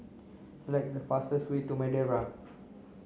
select the fastest way to Madeira